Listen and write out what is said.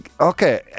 Okay